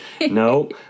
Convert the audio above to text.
no